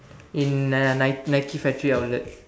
in a Nike Nike factory outlet